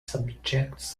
subjects